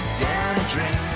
down a dream i